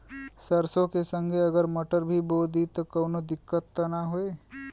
सरसो के संगे अगर मटर भी बो दी त कवनो दिक्कत त ना होय?